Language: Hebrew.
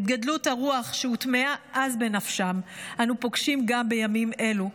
את גדלות הרוח שהוטמעה אז בנפשם אנחנו פוגשים גם בימים אלה,